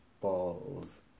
balls